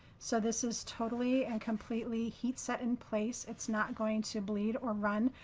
so this is totally and completely heat set in place. it's not going to bleed or run.